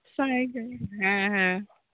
ᱥᱟᱭ ᱜᱮᱞ ᱦᱮᱸ ᱦᱮᱸ